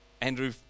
Andrew